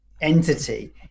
entity